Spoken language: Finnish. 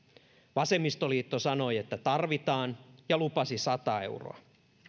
vasemmistoliitto sanoi että tarvitaan ja lupasi sata euroa